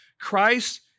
Christ